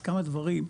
אז כמה דברים.